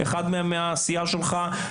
אחד מהם מהסיעה שלך.